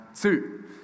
Two